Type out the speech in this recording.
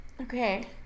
okay